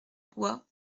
gouas